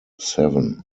seven